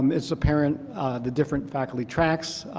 um is apparent the different faculty tracks,